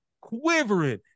Quivering